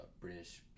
British